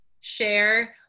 share